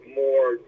more